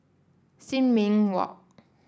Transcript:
Sin Ming Walk